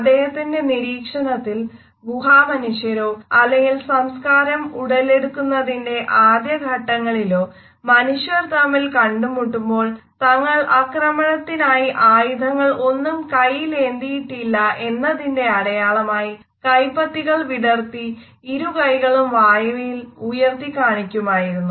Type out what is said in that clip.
അദ്ദേഹത്തിന്റെ നിരീക്ഷണത്തിൽ ഗുഹാമനുഷ്യരോ അല്ലെങ്കിൽ സംസ്കാരം ഉടലെടുക്കുന്നതിന്റെ ആദ്യ ഘട്ടങ്ങളിലോ മനുഷ്യർ തമ്മിൽ കണ്ടുമുട്ടുമ്പോൾ തങ്ങൾ ആക്രമണത്തിനായി ആയുധങ്ങൾ ഒന്നും കയ്യിലേന്തിയിട്ടില്ല എന്നതിന്റെ അടയാളമായി കൈപ്പത്തികൾ വിടർത്തി ഇരുകൈകളും വായുവിൽ ഉയർത്തി കാണിക്കുമായിരുന്നു